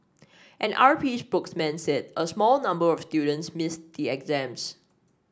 an R P spokesman said a small number of students missed the exams